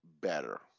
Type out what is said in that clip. better